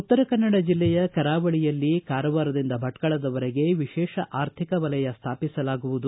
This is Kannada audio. ಉತ್ತರ ಕನ್ನಡ ಜಿಲ್ಲೆಯ ಕರಾವಳಿಯಲ್ಲಿ ಕಾರವಾರದಿಂದ ಭಟ್ಟಳದವರೆಗೆ ವಿಶೇಷ ಆರ್ಥಿಕ ವಲಯ ಸ್ವಾಪಿಸಲಾಗುವುದು